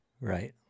Right